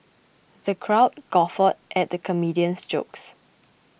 the crowd guffawed at the comedian's jokes